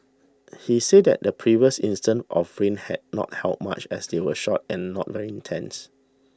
he said that the previous instances of rain had not helped much as they were short and not very intense